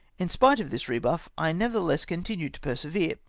in spite of this rebuff, i nevertheless continued to persevere,